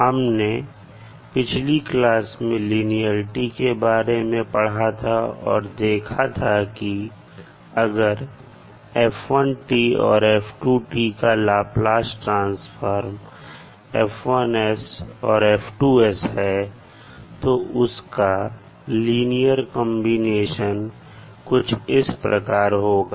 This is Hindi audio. हमने पिछली क्लास में लिनियेरिटी के बारे में पढ़ा था और देखा था कि अगर f1 और f2 का लाप्लास ट्रांसफॉर्म F1 और F2 है तो उसका लीनियर कांबिनेशन कुछ इस प्रकार होगा